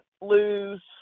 lose